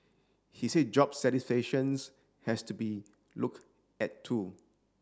he said job satisfactions has to be look at too